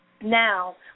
Now